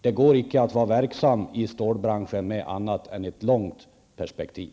Det går inte att vara verksam i stålbranschen utan ett långt perspektiv.